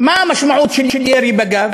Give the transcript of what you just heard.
מה המשמעות של ירי בגב?